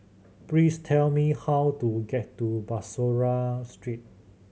please tell me how to get to Bussorah Street